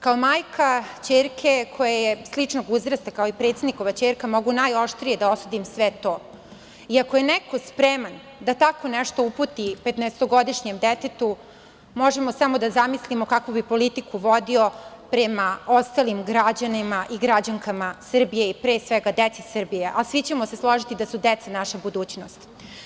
Kao majka ćerke koja je sličnog uzrasta kao i predsednikova ćerka mogu najoštrije da osudim to i ako je neko spreman da tako nešto uputi 15-godišnjem detetu, možemo samo da zamislimo kakvu bi politiku vodio prema ostalim građanima i građankama Srbije, pre svega prema deci Srbije, a svi ćemo se složiti da su deca naša budućnost.